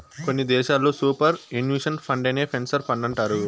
కొన్ని దేశాల్లో superannuation ఫండేనే పెన్సన్ ఫండంటారు